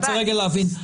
להבין.